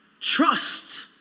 trust